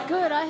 Good